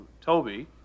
Toby